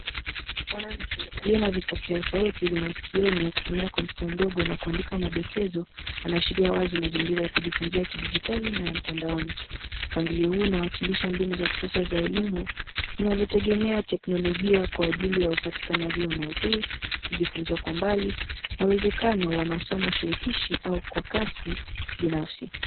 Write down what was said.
Mwanamke aliye na vipokea sauti vya masikioni akitumia kompyuta ndogo na kuandika madokezo anaashiria wazi mazingira ya kujifunzia kidijitali na ya mtandaoni. Mpangilio huu unawakilisha mbinu za kisasa za elimu zinazotegemea teknolojia kwa ajili ya upatikanaji wa maudhui, kujifunza kwa mbali na uwezekano wa masomo shirikishi au kwa kasi binafsi.